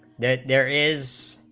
then there is